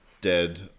dead